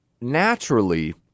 naturally